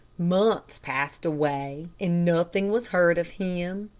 months passed away, and nothing was heard of him.